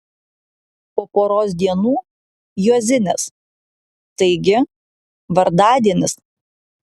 po poros dienų juozinės taigi vardadienis